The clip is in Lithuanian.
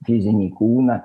fizinį kūną